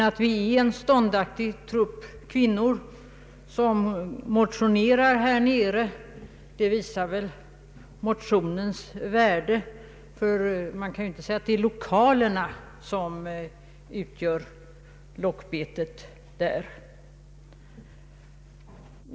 Att vi är en ståndaktig trupp kvinnor som motionerar där visar förvisso motionens värde — man kan ju inte säga att det är lokalerna som utgör lockbetet.